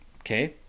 okay